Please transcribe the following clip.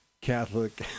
Catholic